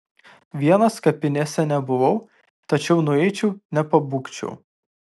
vienas kapinėse nebuvau tačiau nueičiau nepabūgčiau